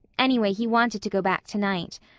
anyway, he wanted to go back tonight.